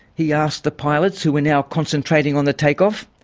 he asked the pilots who were now concentrating on the take off.